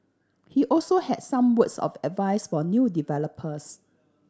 he also had some words of advice for new developers